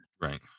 right